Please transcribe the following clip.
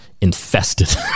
Infested